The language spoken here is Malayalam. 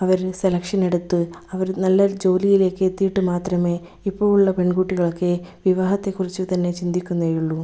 അവര് സെലക്ഷൻ എടുത്ത് അവര് നല്ല ഒരു ജോലിയിലേക്ക് എത്തിയിട്ട് മാത്രമേ ഇപ്പോഴുള്ള പെൺകുട്ടികളൊക്കെ വിവാഹത്തെക്കുറിച്ച് തന്നെ ചിന്തിക്കുന്നെയുള്ളൂ